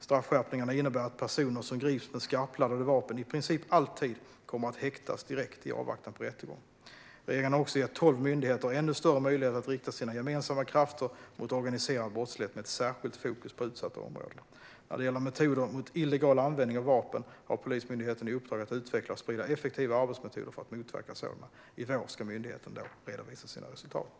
Straffskärpningarna innebär att personer som grips med skarpladdade vapen i princip alltid kommer att häktas direkt i avvaktan på rättegång. Regeringen har också gett tolv myndigheter ännu större möjligheter att rikta sina gemensamma krafter mot organiserad brottslighet, med särskilt fokus på utsatta områden. När det gäller metoder mot illegal användning av vapen har Polismyndigheten i uppdrag att utveckla och sprida effektiva arbetsmetoder för att motverka sådan. I vår ska myndigheten redovisa sina resultat.